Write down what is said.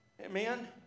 Amen